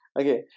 Okay